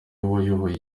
wayoboye